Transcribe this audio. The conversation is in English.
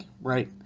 right